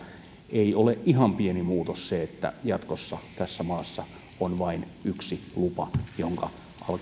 ei ole ihan pieni muutos se että jatkossa tässä maassa on vain yksi lupa jonka